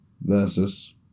versus